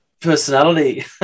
personality